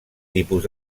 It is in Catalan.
tipus